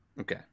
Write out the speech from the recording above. okay